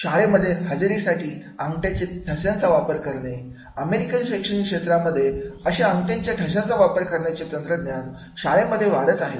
शाळेमध्ये हजेरीसाठी अंगठ्यांचे ठसे याचा वापर करणे अमेरिकन शैक्षणिक क्षेत्रामध्ये अशा अंगठ्याच्या ठशाच्या वापर करण्याचे तंत्रज्ञान शाळेमध्ये वाढत आहे